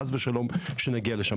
חס ושלום שנגיע לשם.